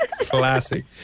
Classic